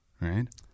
Right